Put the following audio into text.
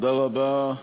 תודה רבה.